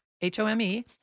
H-O-M-E